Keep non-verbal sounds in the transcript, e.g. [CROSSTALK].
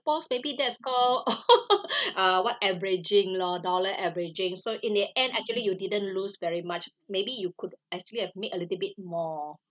suppose maybe that's call [LAUGHS] [BREATH] uh what averaging lor dollar averaging so in the end actually you didn't lose very much maybe you could actually have made a little bit more